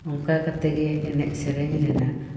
ᱚᱱᱠᱟ ᱠᱟᱛᱮᱜᱮ ᱮᱱᱮᱡ ᱥᱮᱨᱮᱧ ᱨᱮᱱᱟᱜ